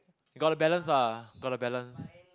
you got to balance ah got to balance